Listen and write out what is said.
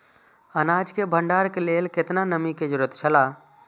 अनाज के भण्डार के लेल केतना नमि के जरूरत छला?